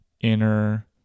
inner